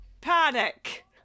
panic